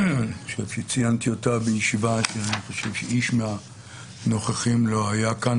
אני חושב שציינתי אותה בישיבה כשאיש מהנוכחים לא היה כאן,